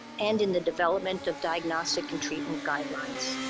and in the development of diagnostic and treatment guidelines.